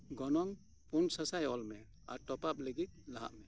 ᱜᱚᱱᱚᱝ ᱯᱩ ᱥᱟᱥᱟᱭ ᱚᱞ ᱢᱮ ᱟᱨ ᱴᱚᱯᱟᱯ ᱞᱟᱹᱜᱤᱜ ᱞᱟᱦᱟᱜ ᱢᱮ